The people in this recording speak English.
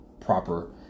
proper